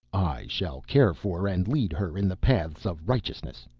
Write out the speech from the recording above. i shall care for and lead her in the paths of righteousness,